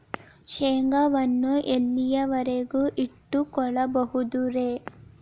ಶೇಂಗಾವನ್ನು ಎಲ್ಲಿಯವರೆಗೂ ಇಟ್ಟು ಕೊಳ್ಳಬಹುದು ರೇ?